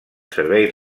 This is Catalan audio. servei